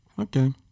Okay